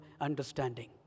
understanding